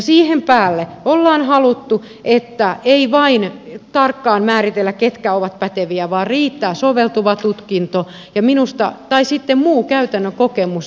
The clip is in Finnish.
siihen päälle on haluttu että ei vain tarkkaan määritellä ketkä ovat päteviä vaan riittää soveltuva tutkinto tai sitten muu käytännön kokemus